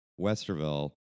Westerville